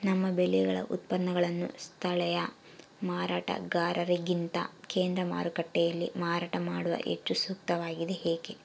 ನಮ್ಮ ಬೆಳೆಗಳ ಉತ್ಪನ್ನಗಳನ್ನು ಸ್ಥಳೇಯ ಮಾರಾಟಗಾರರಿಗಿಂತ ಕೇಂದ್ರ ಮಾರುಕಟ್ಟೆಯಲ್ಲಿ ಮಾರಾಟ ಮಾಡುವುದು ಹೆಚ್ಚು ಸೂಕ್ತವಾಗಿದೆ, ಏಕೆ?